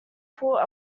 put